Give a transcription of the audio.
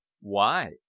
Why